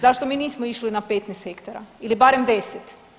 Zašto mi nismo išli na 15 hektara ili barem 10?